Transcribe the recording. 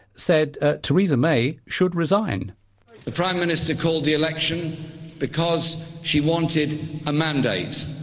said theresa may should resign the prime minister called the election because she wanted a mandate.